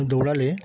দৌড়ালে